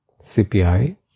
CPI